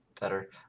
better